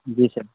जी sir